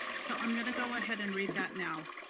so i'm gonna go ahead and read that now.